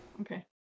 Okay